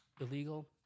illegal